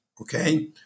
okay